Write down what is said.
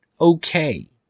okay